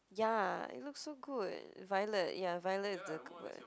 ya it looks so good violet ya violet is the